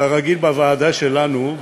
כרגיל בוועדה שלנו,